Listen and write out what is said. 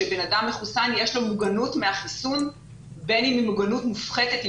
שבן אדם מחוסן יש לו מוגנות מהחיסון בין אם היא מוגנות מופחתת ,